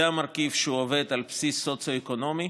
זה המרכיב שעובד על בסיס סוציו-אקונומי.